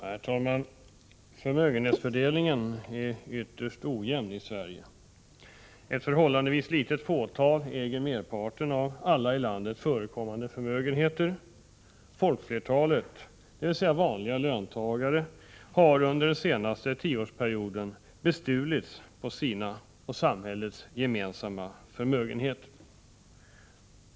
Herr talman! Förmögenhetsfördelningen är ytterst ojämn i Sverige. Ett förhållandevis litet fåtal äger merparten av alla i landet förekommande förmögenheter. Folkflertalet, dvs. vanliga löntagare, har under den senaste tioårsperioden ”bestulits” på sina och samhällets gemensamma förmögenheter.